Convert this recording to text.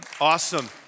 Awesome